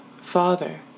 Father